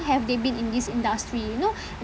have they been in this industry you know